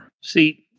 See